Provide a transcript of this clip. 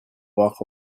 walk